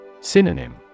Synonym